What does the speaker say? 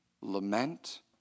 Lament